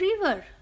river